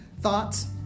thoughts